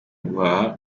guhaha